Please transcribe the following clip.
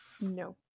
No